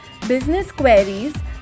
businessqueries